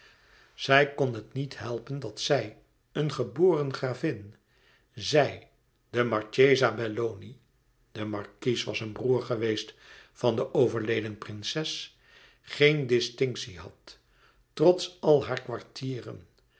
zij kon het niet helpen dat zij een geboren gravin zij de marchesa belloni de markies was een broêr geweest van de overleden prinses geene distinctie had trots al hare kwartieren